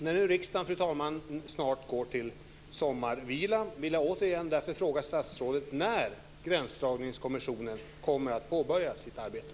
När nu riksdagen snart går till sommarvila vill jag återigen fråga statsrådet när gränsdragninskommissionen ska påbörja sitt arbete.